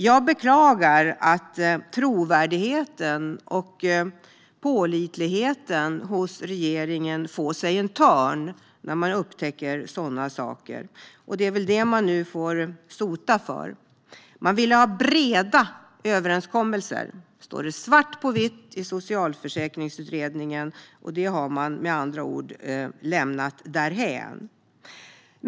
Jag beklagar att trovärdigheten och pålitligheten hos regeringen får sig en törn när man upptäcker sådana saker. Det är väl detta regeringen nu får sota för. Man vill ha breda överenskommelser, står det svart på vitt i Socialförsäkringsutredningen. Detta har man lämnat därhän.